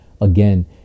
again